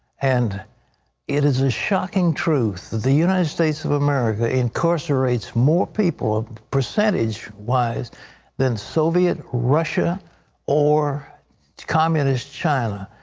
and it is a shocking truth that the united states of america incarcerates more people, percentage-wise, than soviet russia or communist china.